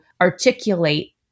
articulate